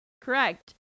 Correct